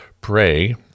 pray